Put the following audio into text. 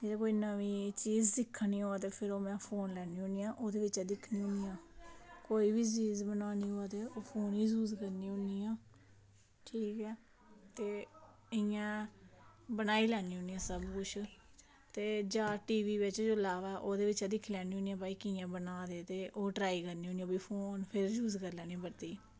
जे में कोई नमीं चीज़ सिक्खनी होनी ते ओह् में फोन लैन्नी होन्नी ते ओह्दे बिच दिक्खनी होनी ऐ कोई बी चीज़ बनानी होऐ ते ओह् फोन बिच यूज़ करनी होन्नी आं ठीक ते इंया बनाई लैनी आं सबकुछ जां टीवी बिच आवै ते ओह्दे बिच दिक्खी लैन्नी होन्नी आं कि भई कियां बनादे ते ओह् फोन केह् यूज़ करना इनें बातें ई